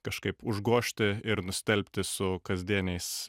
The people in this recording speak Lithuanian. kažkaip užgožti ir nustelbti su kasdieniais